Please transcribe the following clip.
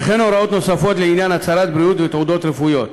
וכן הוראות נוספות לעניין הצהרת בריאות ותעודות רפואיות.